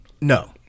No